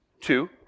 Two